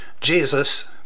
jesus